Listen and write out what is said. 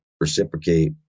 reciprocate